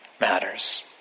matters